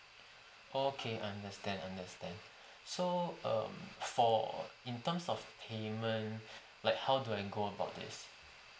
okay understand understand so um for in terms of payment like how do I go about this